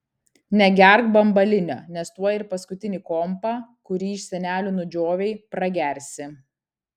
negerk bambalinio nes tuoj ir paskutinį kompą kurį iš senelių nudžiovei pragersi